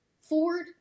Ford